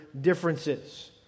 differences